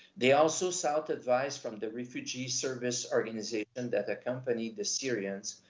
they also sought advice from the refugee service organization and that accompanied the syrians,